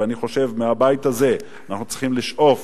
ואני חושב, מהבית הזה אנחנו צריכים לשאוף